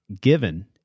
given